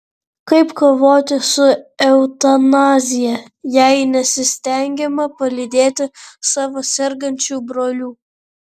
kaip kovoti su eutanazija jei nesistengiama palydėti savo sergančių brolių